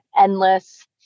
endless